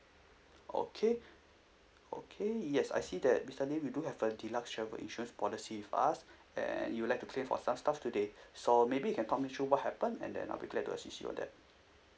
okay okay yes I see that recently we do have a deluxe travel insurance policy with us and you would like to claim for some stuff today so maybe you can talk me through what happened and then I'll be glad to assist you on that